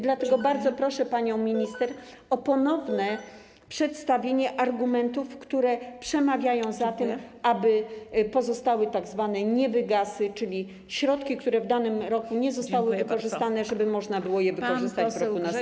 Dlatego bardzo proszę panią minister o ponowne przedstawienie argumentów, które przemawiają za tym, aby pozostały tzw. niewygasy, czyli środki, które w danym roku nie zostały wykorzystane, a które można wykorzystać w roku następnym.